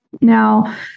Now